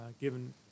given